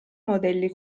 modelli